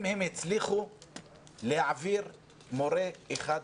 אם הם הצליחו להעביר מורה אחד ויחיד.